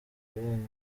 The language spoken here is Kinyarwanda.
ubonye